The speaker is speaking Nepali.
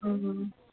ए